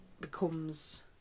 becomes